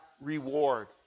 reward